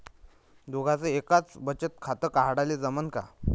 दोघाच एकच बचत खातं काढाले जमनं का?